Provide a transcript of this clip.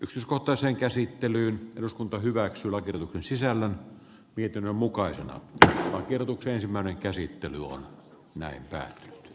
jos kotoiseen käsittelyyn eduskunta hyväksyi lain sisällön mietinnön mukaisina tähän kidutukseen simonen käsittely on näinä